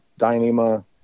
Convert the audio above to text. Dyneema